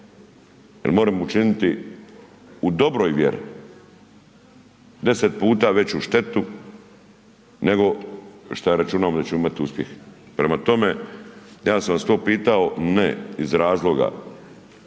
Jer možemo učiniti u dobroj mjeri 10x veću štetu nego šta računamo da ćemo imati uspjeh. Prema tome, ja sam vas to pitao ne iz razloga